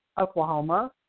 Oklahoma